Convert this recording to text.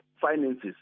finances